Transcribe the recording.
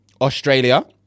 Australia